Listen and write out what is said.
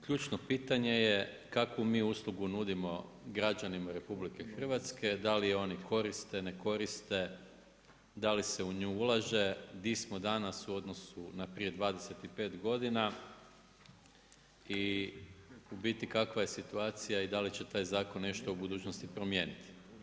Ključno pitanje je kako mi uslugu nudimo građanima RH, da li je oni koriste, ne koriste, da li se u nju ulaže, di smo danas u odnosu na prije 25 godina i u biti kakva je situacija i da li će taj zakon nešto u budućnosti promijeniti.